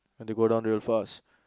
and they go down real fast